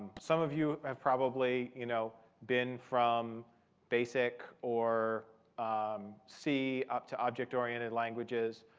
some of you have probably you know been from basic, or um c, up to object-oriented languages